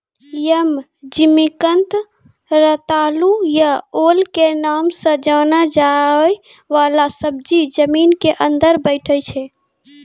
यम, जिमिकंद, रतालू या ओल के नाम सॅ जाने जाय वाला सब्जी जमीन के अंदर बैठै छै